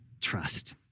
trust